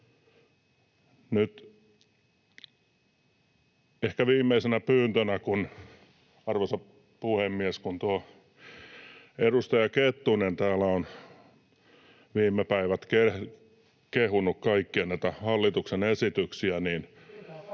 Nyt ehkä viimeisenä pyyntönä, arvoisa puhemies: kun tuo edustaja Kettunen täällä on viime päivät kehunut kaikkia näitä hallituksen esityksiä, [Tuomas